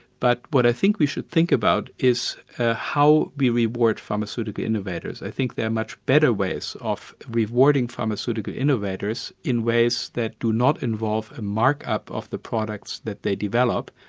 but what i think we should think about is ah how we reward pharmaceutical innovators. i think there are much better ways of rewarding pharmaceutical innovators in ways that do not involve a mark-up of the products that they develop.